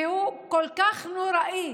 שהוא כל כך נוראי,